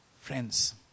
Friends